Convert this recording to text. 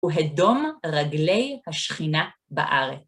הוא הדום רגלי השכינה בארץ.